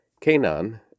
Canaan